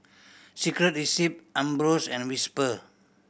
Secret Recipe Ambros and Whisper